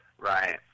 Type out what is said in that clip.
Right